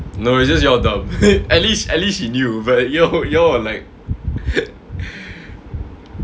no it's just you all dumb at least at least he knew but you all were like